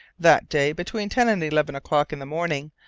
that day, between ten and eleven o'clock in the morning,